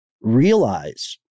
realize